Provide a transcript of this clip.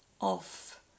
off